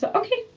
ah okay.